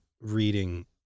reading